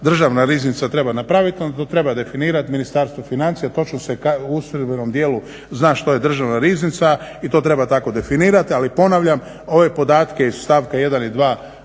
državna riznica treba napraviti onda to treba definirat Ministarstvo financija. Točno se u ustrojbenom dijelu zna što je Državna riznica i to treba tako definirati. Ali ponavljam, ove podatke iz stavka 1. i 2.